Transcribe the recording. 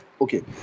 Okay